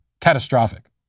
catastrophic